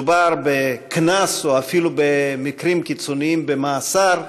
מדובר בקנס, או אפילו, במקרים קיצוניים, במאסר.